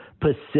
Pacific